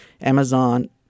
Amazon